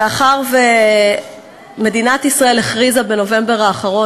מאחר שמדינת ישראל הכריזה בנובמבר האחרון